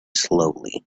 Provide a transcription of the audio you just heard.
slowly